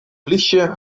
plysje